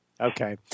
Okay